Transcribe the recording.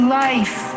life